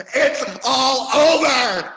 it's all over!